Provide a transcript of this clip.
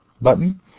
button